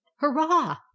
hurrah